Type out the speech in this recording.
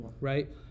right